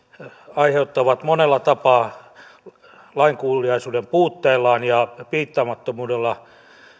aiheuttavat monella tapaa lainkuuliaisuuden puutteellaan ja piittaamattomuudellaan